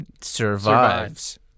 survives